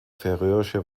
färöische